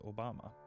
Obama